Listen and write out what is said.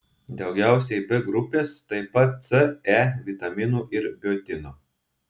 daugiausiai b grupės taip pat c e vitaminų ir biotino